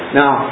now